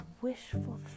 wishful